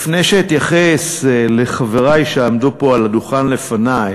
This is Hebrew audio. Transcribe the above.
לפני שאתייחס לחברי שעמדו פה על הדוכן לפני,